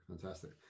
Fantastic